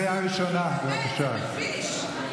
רגע, אבל זה בסדר לעשות, נו,